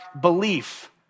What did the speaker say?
belief